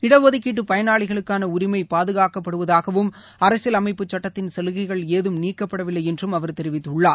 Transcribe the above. இடஒதக்கீட்டு பயனாளிகளுக்கான உரிமை பாதுகாக்கப்படுவதாகவும் அரசியல் அமைப்புச் சுட்டத்தின் சலுகைகள் ஏதம் நீக்கப்படவில்லை என்றும் அவர் தெரிவித்தள்ளார்